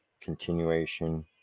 Continuation